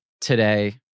today